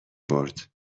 برد